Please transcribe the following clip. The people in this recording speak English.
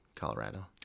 colorado